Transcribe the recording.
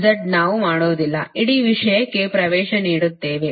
Z ನಾವು ಮಾಡುವುದಿಲ್ಲ ಇಡೀ ವಿಷಯಕ್ಕೆ ಪ್ರವೇಶ ನೀಡುತ್ತೇವೆ